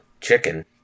chicken